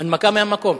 הנמקה מהמקום.